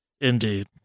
Indeed